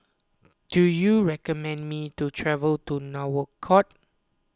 do you recommend me to travel to Nouakchott